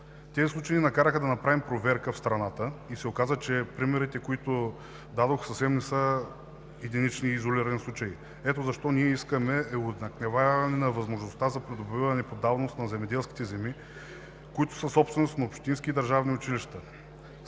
Тези случаи ни накараха да направим проверка в страната и се оказа, че примерите, които дадох, съвсем не са единични и изолирани случаи. Ето защо ние искаме уеднаквяване на възможността за придобиване по давност на земеделските земи, които са собственост на общински и държавни училища,